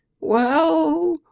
Well